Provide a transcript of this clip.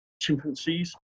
chimpanzees